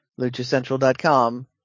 LuchaCentral.com